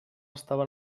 estava